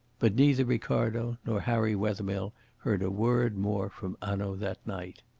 but neither ricardo nor harry wethermill heard a word more from hanaud that night.